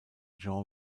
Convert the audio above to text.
jean